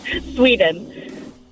sweden